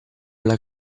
alla